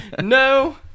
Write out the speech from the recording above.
No